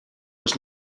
was